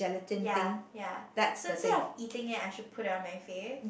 ya ya so since I've eating it I should put it on my face